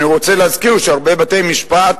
אני רוצה להזכיר שהרבה בתי-משפט,